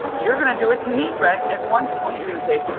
you're going to do it to me, brett. at one point, you're going to say,